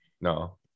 no